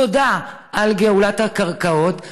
תודה על גאולת הקרקעות,